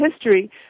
history